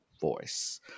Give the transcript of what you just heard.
voice